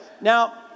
Now